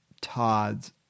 Todd's